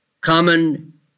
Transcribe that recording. common